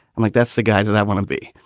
i'm like, that's the guy that i want to be.